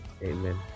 amen